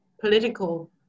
political